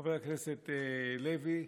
חבר הכנסת לוי.